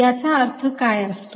याचा अर्थ काय असतो